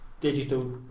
digital